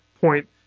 point